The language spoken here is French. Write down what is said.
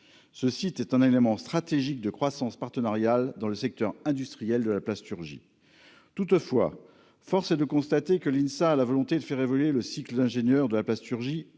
ce site est un élément stratégique de croissance partenariale dans le secteur industriel de la plasturgie, toutefois, force est de constater que l'INSA, la volonté de faire évoluer le cycle ingénieur de la plasturgie,